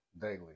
daily